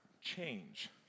change